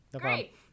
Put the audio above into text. great